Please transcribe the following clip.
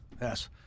yes